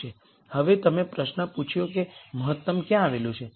હવે તમે પ્રશ્ન પૂછ્યો કે મહત્તમ ક્યાં આવેલું છે